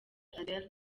adele